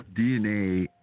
DNA